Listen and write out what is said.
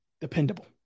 dependable